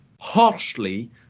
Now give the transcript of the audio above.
harshly